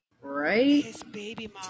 Right